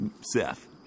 Seth